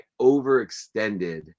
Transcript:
overextended